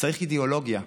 וצריך אידיאולוגיה.